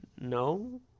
No